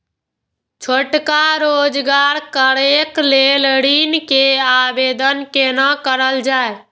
छोटका रोजगार करैक लेल ऋण के आवेदन केना करल जाय?